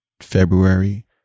February